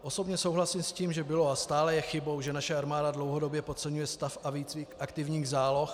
Osobně souhlasím s tím, že bylo a stále je chybou, že naše armáda dlouhodobě podceňuje stav a výcvik aktivních záloh